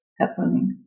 happening